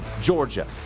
Georgia